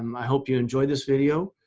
um i hope you enjoyed this video.